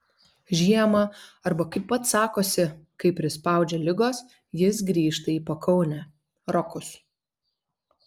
žiemą arba kaip pats sakosi kai prispaudžia ligos jis grįžta į pakaunę rokus